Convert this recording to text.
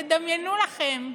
תדמיינו לכם,